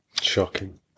Shocking